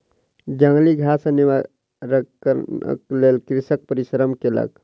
जंगली घास सॅ निवारणक लेल कृषक परिश्रम केलक